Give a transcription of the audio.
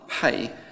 pay